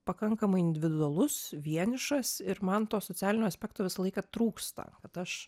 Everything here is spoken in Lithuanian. pakankamai individualus vienišas ir man to socialinio aspekto visą laiką trūksta kad aš